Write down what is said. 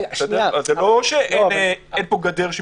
זה לא שאין פה גדר.